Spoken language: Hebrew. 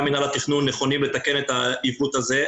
מינהל התכנון נכונים לתקן את העיוות הזה.